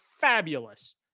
fabulous